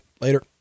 later